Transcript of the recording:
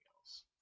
else